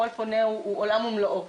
כל פונה הוא עולם ומלואו,